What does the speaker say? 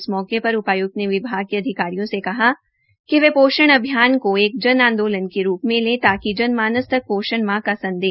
इस मौके पर उपाय्क्त ने विभाग के अधिकारियों से कहा कि वे पोषण अभियान को एक जन आंदोलन के रूप में ले ताकि जन मानस तक पोषण माह का संदेश पहंचाया जा सकें